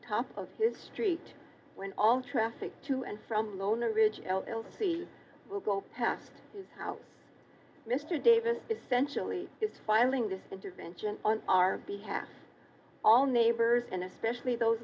top of his street when all traffic to and from owner ridge l l c will go past his house mr davis essentially is filing this intervention on our behalf all neighbors and especially those